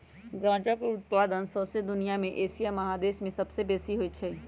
गजा के उत्पादन शौसे दुनिया में एशिया महादेश में सबसे बेशी होइ छइ